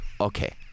okay